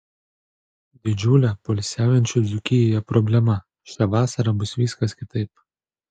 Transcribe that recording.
didžiulė poilsiaujančių dzūkijoje problema šią vasarą bus viskas kitaip